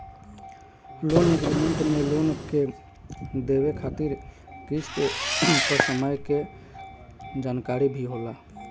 loan agreement में loan के देवे खातिर किस्त अउर समय के जानकारी भी होला